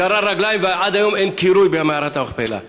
גרר רגליים, ועד היום אין קירוי במערת המכפלה.